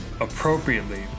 appropriately